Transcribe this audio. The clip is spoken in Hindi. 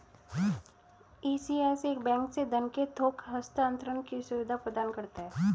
ई.सी.एस एक बैंक से धन के थोक हस्तांतरण की सुविधा प्रदान करता है